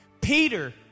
Peter